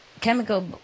chemical